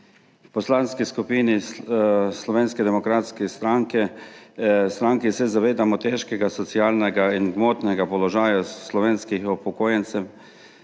Poslanski skupini Slovenske demokratske stranke se zavedamo težkega socialnega in gmotnega položaja slovenskih upokojencev